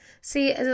See